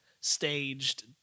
staged